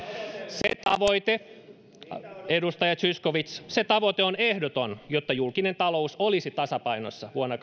se tavoite edustaja zyskowicz on ehdoton jotta julkinen talous olisi tasapainossa vuonna